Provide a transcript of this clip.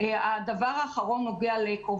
הדבר השני זה קצבאות הנכים.